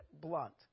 blunt